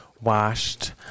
washed